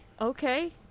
Okay